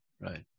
Right